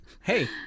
Hey